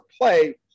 play